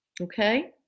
Okay